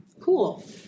Cool